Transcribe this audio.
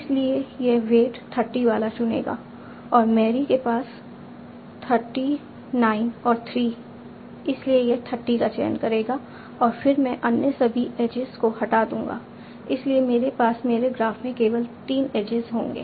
इसलिए यह वेट 30 वाला चुनेगा और मैरी के पास 30 9 और 3 इसलिए यह 30 का चयन करेगा और फिर मैं अन्य सभी एजेज को हटा दूंगा इसलिए मेरे पास मेरे ग्राफ़ में केवल 3 एजेज होंगे